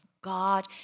God